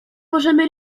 możemy